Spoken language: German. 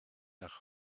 nach